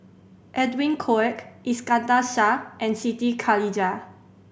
Edwin Koek Iskandar Shah and Siti Khalijah